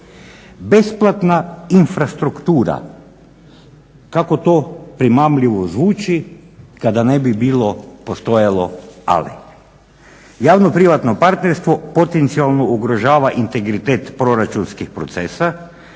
Besplatna infrastruktura, kako to primamljivo zvuči kada ne bi bilo postojalo ali. javno-privatnog partnerstvo potencijalno ugrožava integritet proračunskih procesa